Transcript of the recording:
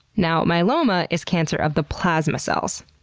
now, myeloma is cancer of the plasma cells.